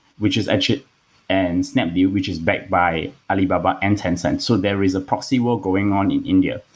which is actually and snapview, which is by by alibaba and tencent. so there is a proximal going on in india.